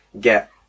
get